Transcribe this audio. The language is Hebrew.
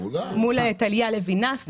מול טליה לוינס,